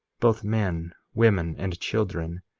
both men, women, and children,